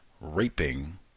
raping